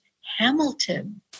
Hamilton